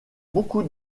beaucoup